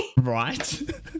Right